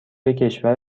کشور